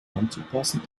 anzupassen